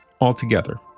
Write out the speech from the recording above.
altogether